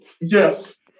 Yes